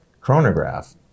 chronograph